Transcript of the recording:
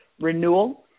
renewal